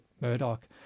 Murdoch